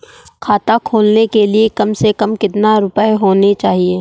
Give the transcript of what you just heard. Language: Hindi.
खाता खोलने के लिए कम से कम कितना रूपए होने चाहिए?